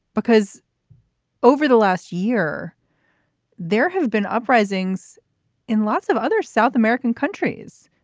because over the last year there have been uprisings in lots of other south american countries,